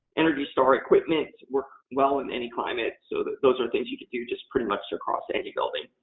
energystar equipment works well in any climate. so, those are things you could do just pretty much across any building.